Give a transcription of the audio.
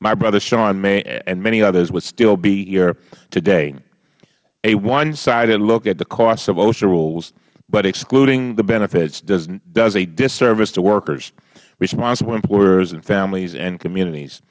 my brother shawn and many others would still be here today a one sided look at the cost of osha rules but excluding the benefits does a disservice to workers responsible employers and families and communities